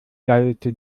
lallte